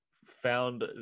found